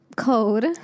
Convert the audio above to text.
code